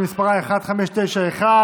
התשפ"ב 2021,